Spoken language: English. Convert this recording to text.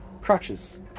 crutches